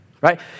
Right